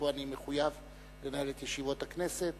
שבו אני מחויב לנהל את ישיבות הכנסת.